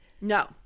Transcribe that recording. No